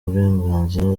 burenganzira